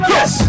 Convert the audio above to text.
Yes